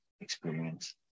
experience